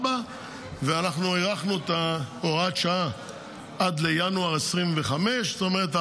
ואנחנו הארכנו את הוראת השעה עד ינואר 2025. זאת אומרת,